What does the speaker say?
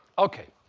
ok,